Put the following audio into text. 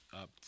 up